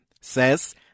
says